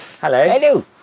hello